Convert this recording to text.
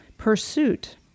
Pursuit